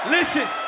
Listen